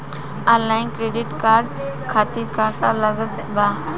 Online credit card खातिर का का लागत बा?